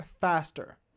faster